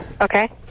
okay